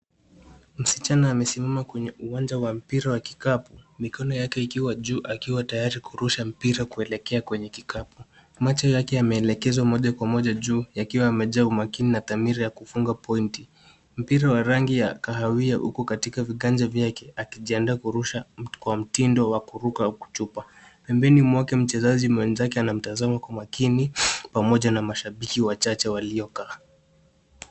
Msichana amesimama kwenye uwanja wa mpira wa kikapu mikono yake ikiwa juu akiwa tayari kurusha mpira kuelekea kwenye kikapu. Macho yake yameelekezwa moja kwa moja juu yakiwa yamejaa umakini na tamira ya kufunga (cs)point(cs).Mpira wa rangi ya kahawia uko katika viganja vyake akijiandaa kurusha kwa mtindo wa kuruka au kutupa. Pembeni mwake mchezaji mwenzake anamtazama kwa makini pamoja na mashabaiki wachache waliokaa.